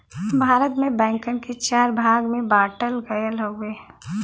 भारत में बैंकन के चार भाग में बांटल गयल हउवे